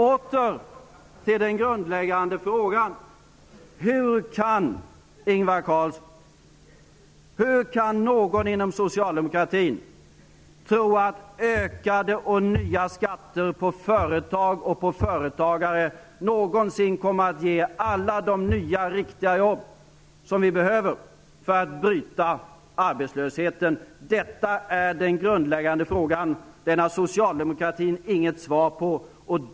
Åter till den grundläggande frågan. Hur kan Ingvar Carlsson eller någon inom Socialdemokraterna tro att ökade och nya skatter på företag och på företagare någonsin kommer att ge alla de nya riktiga jobb som vi behöver för att bryta arbetslösheten? Detta är den grundläggande frågan. Den har socialdemokratin inget svar på.